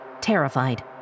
terrified